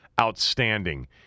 outstanding